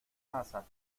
pasa